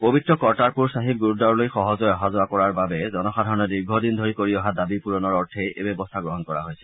পবিত্ৰ কৰ্টাৰপুৰ চাহিব গুৰুদ্বাৰলৈ সহজে অহা যোৱা কৰাৰ বাবে জনসাধাৰণে দীৰ্ঘদিন ধৰি কৰি অহা দাবী পূৰণৰ অৰ্থে এই ব্যৰস্থা গ্ৰহণ কৰা হৈছে